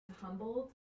humbled